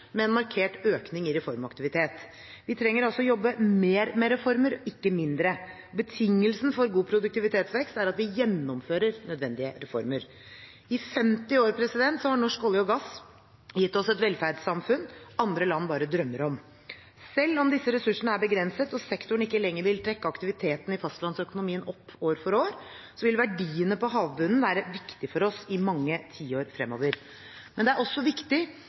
med en markert økning i reformaktiviteten. Vi trenger altså å jobbe mer med reformer, ikke mindre. Betingelsen for god produktivitetsvekst er at vi gjennomfører nødvendige reformer. I 50 år har norsk olje og gass gitt oss et velferdssamfunn andre land bare drømmer om. Selv om disse ressursene er begrenset og sektoren ikke lenger vil trekke aktiviteten i fastlandsøkonomien opp år for år, vil verdiene på havbunnen være viktig for oss i mange tiår fremover. Det er også viktig